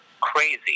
crazy